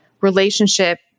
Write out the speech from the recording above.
relationship